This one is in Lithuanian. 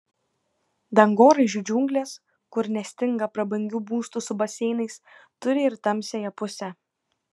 dangoraižių džiunglės kur nestinga prabangių būstų su baseinais turi ir tamsiąją pusę